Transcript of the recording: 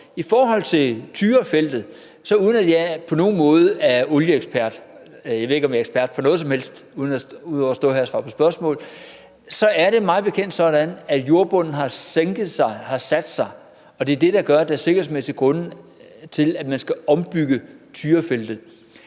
I forhold til Tyra Feltet – uden at jeg på nogen måde er olieekspert; jeg ved ikke, om jeg er ekspert på noget som helst ud over at stå her og svare på spørgsmål – så er det mig bekendt sådan, at havbunden har sænket sig, har sat sig, og det er det, der gør, at man af sikkerhedsmæssige grunde skal ombygge Tyreplatformen.